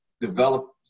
develop